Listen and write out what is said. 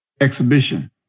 exhibition